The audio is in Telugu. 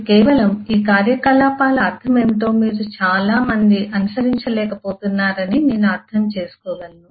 ఇవి కేవలం ఈ కార్యకలాపాల అర్థం ఏమిటో మీలో చాలామంది నిజంగా అనుసరించలేకపోతున్నారని నేను అర్థం చేసుకోగలను